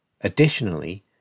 Additionally